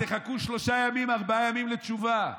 תחכו שלושה ימים, ארבעה ימים לתשובה.